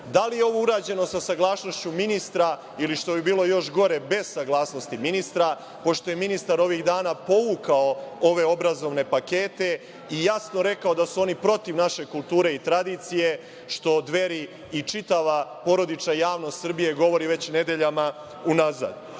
da li je ovo urađeno sa saglasnošću ministra ili, što bi bilo još gore, bez saglasnosti ministra, pošto je ministar ovih dana povukao ove obrazovne pakete i jasno rekao da su oni protiv naše kulture i tradicije, što Dveri i čitava porodična javnost Srbije govori već nedeljama